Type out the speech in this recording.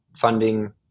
funding